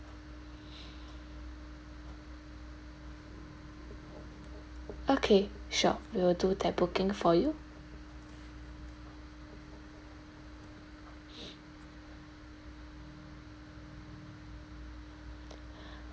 okay sure we will do the booking for you